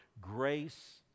grace